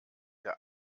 der